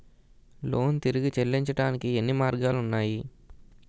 Loan తిరిగి చెల్లించటానికి ఎన్ని మార్గాలు ఉన్నాయి?